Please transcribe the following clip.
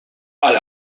alle